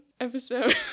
episode